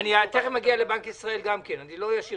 תיכף אגיע גם לבנק ישראל, לא אשאיר